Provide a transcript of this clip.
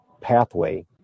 pathway